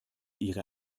ihre